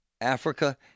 Africa